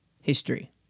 history